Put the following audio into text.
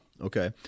Okay